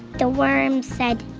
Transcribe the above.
the worm said,